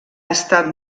estat